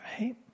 Right